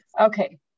Okay